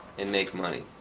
and make money.